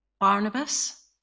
Barnabas